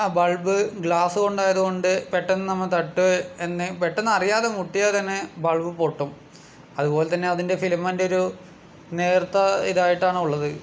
ആ bulb glass കൊണ്ടായത് കൊണ്ട് പെട്ടെന്ന് നമ്മൾ തട്ടെ ന്നെ പെട്ടെന്ന് അറിയാതെ മുട്ടിയാൽ തന്നെ ബൾബ് പൊട്ടും അതുപോലെ തന്നെ അതിൻ്റെ ഫിലമെൻറ്റൊരു നേർത്ത ഇതായിട്ടാണ് ഉള്ളത്